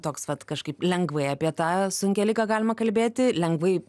toks vat kažkaip lengvai apie tą sunkią ligą galima kalbėti lengvai